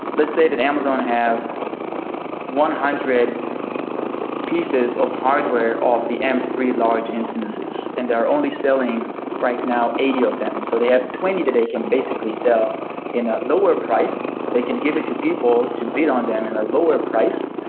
let's say that amazon have one hundred pieces of hardware of the m three large instances and are only selling right now eighty of them. so they have twenty that they can basically sell in a lower price. they can give it to people to bid on them in a lower price.